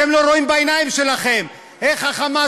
איך ה"חמאס" אתם לא רואים בעיניים שלכם איך ה"חמאס",